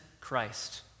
Christ